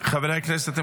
חברי הכנסת,